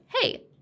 hey –